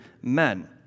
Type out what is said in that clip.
men